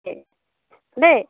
দেই